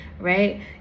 right